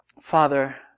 Father